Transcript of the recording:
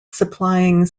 supplying